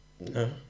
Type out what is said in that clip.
No